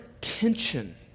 tension